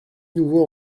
nouveau